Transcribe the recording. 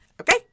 okay